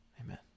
Amen